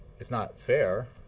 it's not fair